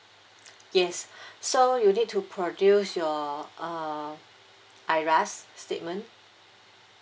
yes so you need to produce your uh IRAS statement